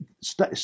stay